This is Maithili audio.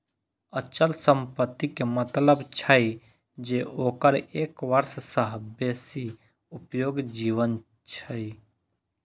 अचल संपत्ति के मतलब छै जे ओकर एक वर्ष सं बेसी उपयोगी जीवन छै